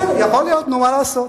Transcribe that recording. יכול להיות, מה לעשות?